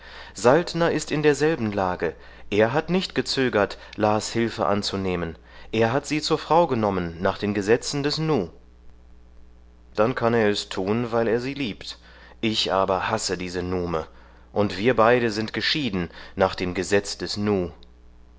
saltner ist in derselben lage er hat nicht gezögert las hilfe anzunehmen er hat sie zur frau genommen nach den gesetzen des nu dann kann er es tun weil er sie liebt ich aber hasse diese nume und wir beide sind geschieden nach dem gesetz des nu